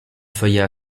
feuillets